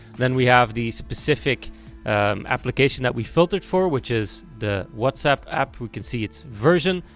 then we have the specific application that we filtered for which is the whatsapp app. we can see it's version,